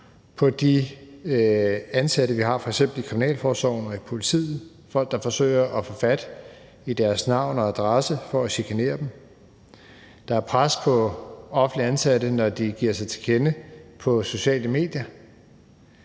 til de ansatte, vi har, i f.eks. kriminalforsorgen og i politiet. Der er folk, der forsøger at få fat i deres navn og adresse for at chikanere dem. Der er pres på offentligt ansatte, når de giver sig til kende på sociale medier